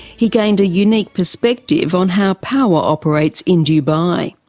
he gained a unique perspective on how power operates in dubai.